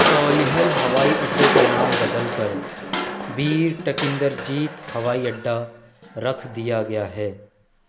تولیہل ہوائی اڈے کا نام بدل کر بیر ٹکیندرجیت ہوائی اڈہ رکھ دیا گیا ہے